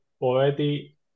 already